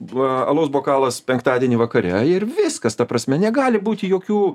va alaus bokalas penktadienį vakare ir viskas ta prasme negali būti jokių